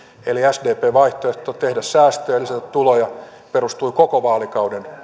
eli sdpn vaihtoehto tehdä säästöjä ja lisätä tuloja perustui koko vaalikauden